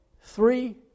three